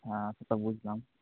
হ্যাঁ সে তো বুঝলাম